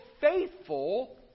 faithful